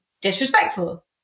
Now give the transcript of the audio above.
disrespectful